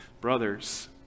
brother's